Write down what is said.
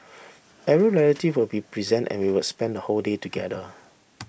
every relative would be present and we would spend the whole day together